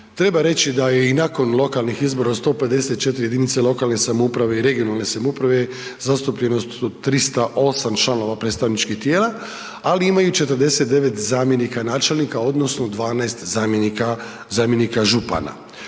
Treba reći da i nakon lokalnih izbora u 154 jedinice lokalne samouprave i regionalne samouprave zastupljenost je od 308 članova predstavničkih tijela, ali imaju i 49 zamjenika načelnika odnosno 12 zamjenika župana.